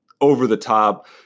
over-the-top